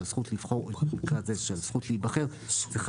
שהזכות לבחור --- היא הזכות להיבחר צריכה